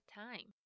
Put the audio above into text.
time